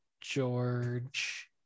George